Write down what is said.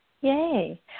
Yay